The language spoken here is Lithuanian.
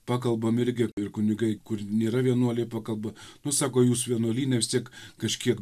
pakalbam irgi ir kunigai kur nėra vienuoliai pakaba nu sako jūs vienuolyne vis tiek kažkiek